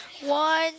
one